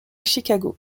chicago